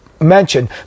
mentioned